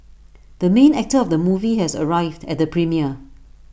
the main actor of the movie has arrived at the premiere